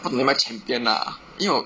maybe 买 Champion lah